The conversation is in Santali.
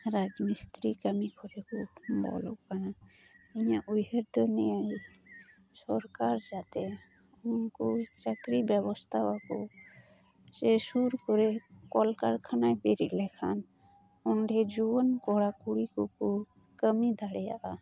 ᱨᱟᱡᱽ ᱢᱤᱥᱛᱨᱤ ᱠᱟᱹᱢᱤ ᱠᱚᱨᱮ ᱠᱚ ᱵᱚᱞᱚᱜ ᱠᱟᱱᱟ ᱤᱧᱟᱹᱜ ᱩᱭᱦᱟᱹᱨ ᱫᱚ ᱱᱤᱭᱟᱹ ᱜᱮ ᱥᱚᱨᱠᱟᱨ ᱡᱟᱛᱮ ᱩᱱᱠᱩ ᱪᱟᱹᱠᱨᱤ ᱵᱮᱵᱚᱥᱛᱟᱣᱟᱠᱚ ᱥᱮ ᱥᱩᱨ ᱠᱚᱨᱮ ᱠᱚᱞᱠᱟᱨᱠᱷᱟᱱᱟᱭ ᱵᱮᱨᱮᱫ ᱞᱮᱠᱷᱟᱱ ᱚᱸᱰᱮ ᱡᱩᱭᱟᱹᱱ ᱠᱚᱲᱟᱼᱠᱩᱲᱤ ᱠᱚᱠᱚ ᱠᱟᱹᱢᱤ ᱫᱟᱲᱮᱣᱟᱜᱼᱟ